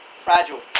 Fragile